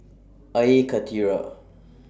Air Karthira